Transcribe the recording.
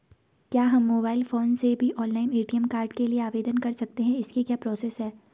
क्या हम mobile phone से भी ऑनलाइन ए.टी.एम कार्ड के लिए आवेदन कर सकते हैं इसकी क्या प्रोसेस है?